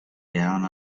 down